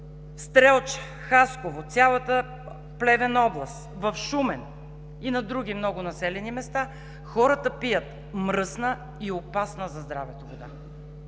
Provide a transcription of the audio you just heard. Стрелча, Хасково, цялата Плевен област, в Шумен и в много други населени места хората пият мръсна и опасна за здравето вода.